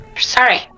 Sorry